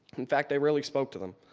in fact, i rarely spoke to them.